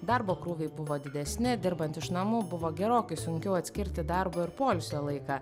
darbo krūviai buvo didesni dirbant iš namų buvo gerokai sunkiau atskirti darbo ir poilsio laiką